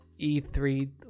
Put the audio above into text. E3